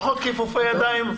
פחות כיפופי ידיים,